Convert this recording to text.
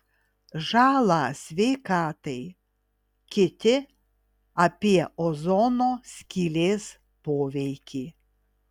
žalą sveikatai kiti apie ozono skylės poveikį